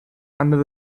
under